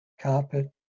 carpet